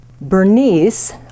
Bernice